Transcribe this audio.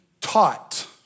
taught